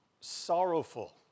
sorrowful